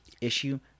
issue